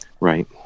Right